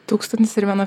tūkstantis ir viena